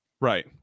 right